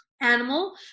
animal